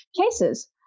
cases